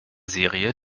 serie